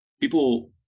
People